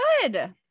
good